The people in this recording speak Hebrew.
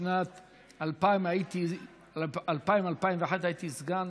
בשנת 2000 2001 הייתי סגן